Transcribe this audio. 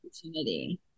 opportunity